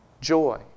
joy